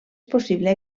possible